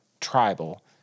tribal